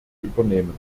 übernehmen